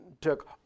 took